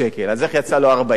הוא חילק עם השכנים שלו?